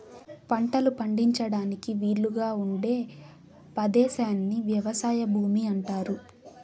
పంటలు పండించడానికి వీలుగా ఉండే పదేశాన్ని వ్యవసాయ భూమి అంటారు